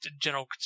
general